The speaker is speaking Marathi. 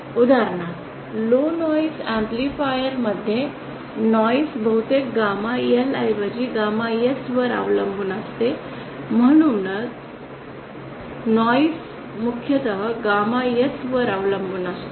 उदाहरणार्थ लो नॉईस एम्पलीफायर मध्ये नॉईस बहुतेक गॅमा L ऐवजी गॅमा s वर अवलंबून असते म्हणून नॉईस मुख्यतः गॅमा s वर अवलंबून असतो